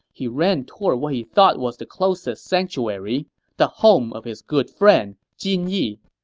he ran toward what he thought was the closest sanctuary the home of his good friend, jin yi.